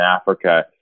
Africa